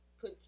put